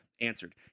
Answered